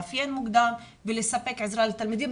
לאפיין מוקדם ולספק עזרה לתלמידים.